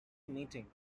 meeting